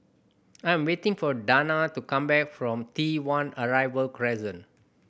I'm waiting for Danna to come back from T One Arrival Crescent